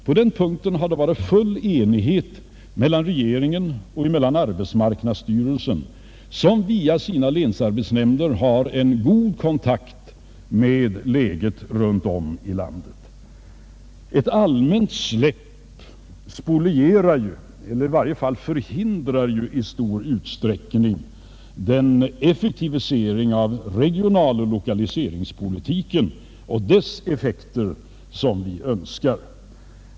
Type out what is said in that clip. På den punkten har det rått full enighet mellan regeringen och arbetsmarknadsstyrelsen, som via sina länsarbetsnämnder har god kontakt med läget runt om i landet. Ett allmänt släpp spolierar eller i varje fall förhindrar i stor utsträckning den effektivisering av regionaloch lokaliseringspolitiken och de resultat av denna som vi önskar.